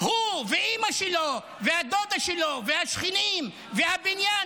הוא ואימא שלו והדודה שלו והשכנים והבניין,